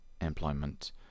employment